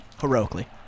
heroically